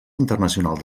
internacional